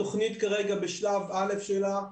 התוכנית כרגע בשלב א' שלה,